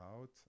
out